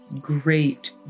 great